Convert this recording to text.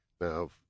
Now